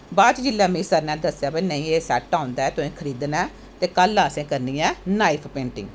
बाद च सर नै दस्सेआ एह् सैट आंदा ऐ तुसैं खरीदना ऐ ते कल असैं करनी ऐ नाईफ पेंटिंग